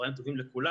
צוהריים טובים לכולם.